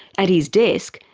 at his desk,